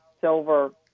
silver